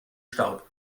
staub